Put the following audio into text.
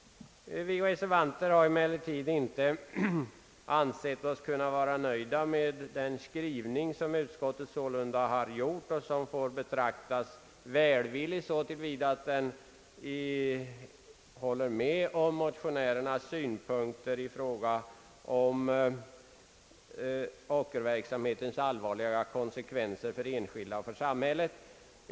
Vi reservanter har emellertid inte ansett oss kunna vara nöjda med den skrivning utskottet gjort trots att denna får betraktas välvillig så till vida att den håller med om motionärernas synpunkter i fråga om ockerverksamhetens allvarliga konsekvenser för den enskilde och för samhället.